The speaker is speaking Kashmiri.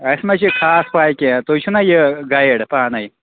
اَسہِ ما چھِ خاص پےَ کیٚنٛہہ تُہۍ چھُو نا یہِ گایِڈ پانَے